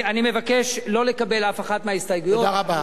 אני מבקש לא לקבל אף אחת מההסתייגויות, תודה רבה.